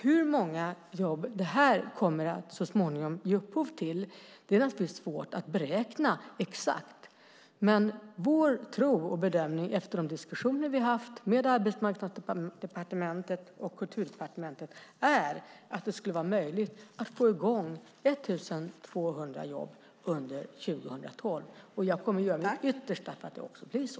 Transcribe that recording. Hur många jobb det så småningom kommer att ge upphov till är naturligtvis svårt att beräkna exakt, men vår tro och bedömning efter de diskussioner vi har haft med Arbetsmarknadsdepartementet och Kulturdepartementet är att det kan vara möjligt att få i gång 1 200 jobb under 2012. Jag kommer att göra mitt yttersta för att det också blir så.